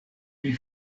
pri